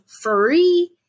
free